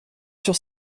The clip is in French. sur